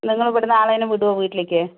നിങ്ങൾ ഇവിടുന്ന് ആരേലും വിടുമോ വീട്ടിലേക്ക്